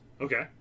Okay